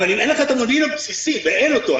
אבל אם אין לך את המודיעין הבסיסי ואין אותו,